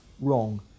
wrong